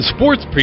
Sports